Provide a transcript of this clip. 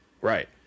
Right